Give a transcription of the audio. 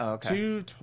Two